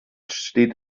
steht